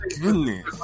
goodness